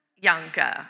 younger